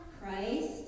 Christ